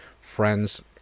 friends